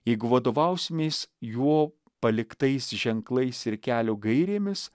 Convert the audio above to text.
jeigu vadovausimės jo paliktais ženklais ir kelio gairėmis